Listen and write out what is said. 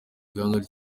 ibangamirwa